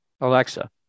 Alexa